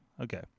Okay